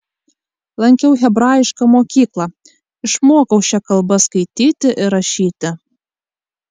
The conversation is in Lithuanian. lankiau hebrajišką mokyklą išmokau šia kalba skaityti ir rašyti